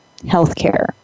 healthcare